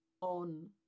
on